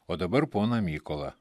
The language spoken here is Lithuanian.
o dabar poną mykolą